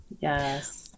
yes